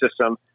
system